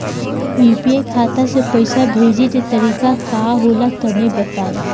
UPI खाता से पइसा भेजे के तरीका का होला तनि बताईं?